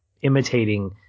imitating